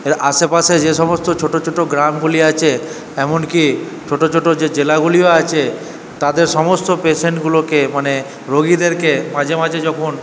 এর আশেপাশে যে সমস্ত ছোটো ছোটো গ্রামগুলি আছে এমনকি ছোটো ছোটো যে জেলাগুলিও আছে তাদের সমস্ত পেশেন্টগুলোকে মানে রোগীদেরকে মাঝে মাঝে যখন